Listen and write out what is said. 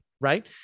right